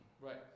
right